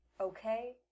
okay